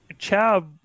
Chab